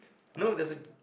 no there is